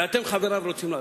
ואתם חבריו רוצים לעשות?